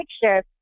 picture